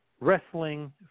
Wrestling